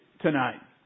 tonight